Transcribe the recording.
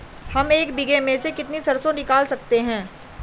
हम एक बीघे में से कितनी सरसों निकाल सकते हैं?